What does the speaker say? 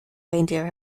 reindeer